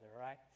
Right